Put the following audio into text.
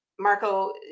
Marco